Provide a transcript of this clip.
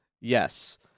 Yes